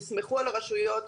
תסמכו על הרשויות.